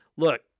Look